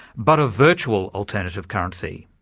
but a virtual alternative currency.